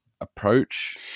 approach